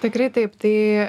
tikrai taip tai